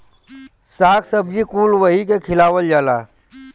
शाक सब्जी कुल वही के खियावल जाला